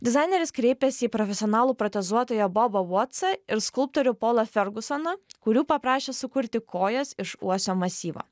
dizaineris kreipiasi į profesionalų protezuotoją bobą vatsą ir skulptorių polą fergusoną kurių paprašė sukurti kojas iš uosio masyvo